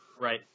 right